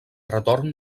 retorn